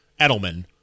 Edelman